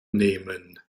nehmen